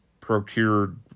procured